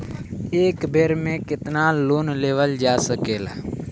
एक बेर में केतना लोन लेवल जा सकेला?